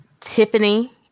Tiffany